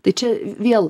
tai čia vėl